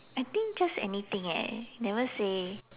I think just anything leh never say